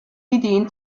ideen